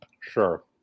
Sure